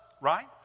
right